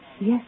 Yes